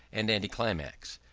and anticlimax.